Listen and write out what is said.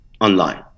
online